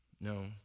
No